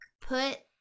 put